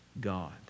God